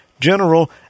general